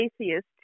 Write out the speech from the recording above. atheist